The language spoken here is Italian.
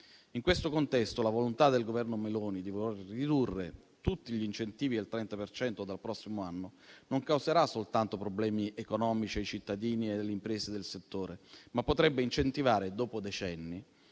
In questo contesto, la volontà del Governo Meloni di ridurre tutti gli incentivi al 30 per cento dal prossimo anno non causerà soltanto problemi economici ai cittadini e alle imprese del settore, ma potrebbe anche incentivare, dopo decenni,